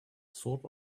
sort